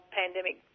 pandemic